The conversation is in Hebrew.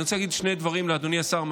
אני רוצה להגיד שני דברים לאדוני השר,